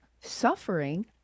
suffering